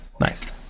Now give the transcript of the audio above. Nice